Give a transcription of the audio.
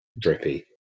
drippy